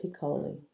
Piccoli